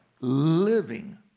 living